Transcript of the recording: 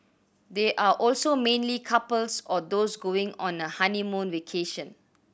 they are also mainly couples or those going on a honeymoon vacation